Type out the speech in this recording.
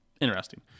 interesting